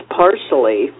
partially